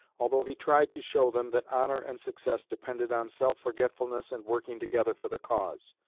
although he tried to show them that honor and success depended on self-forgetfulness and working together for the cause.